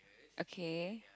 okay